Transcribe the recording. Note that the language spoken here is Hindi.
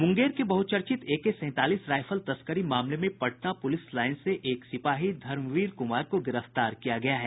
मुंगेर के बहुचर्चित एके सैंतालीस राइफल तस्करी मामले में पटना प्रलिस लाईन से एक सिपाही धर्मवीर कुमार को गिरफ्तार किया गया है